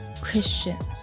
christians